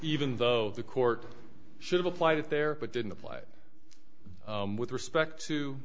even though the court should have applied it there but didn't apply it with respect to